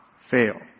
fail